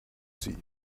sie